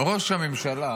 ראש הממשלה